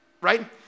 Right